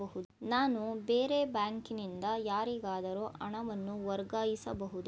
ನಾನು ಬೇರೆ ಬ್ಯಾಂಕಿನಿಂದ ಯಾರಿಗಾದರೂ ಹಣವನ್ನು ವರ್ಗಾಯಿಸಬಹುದೇ?